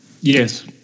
Yes